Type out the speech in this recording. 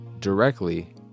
directly